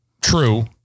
True